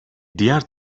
diğer